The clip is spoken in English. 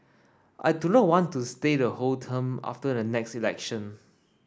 I do not want to stay the whole term after the next election